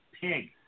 pig